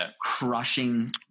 crushing